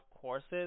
courses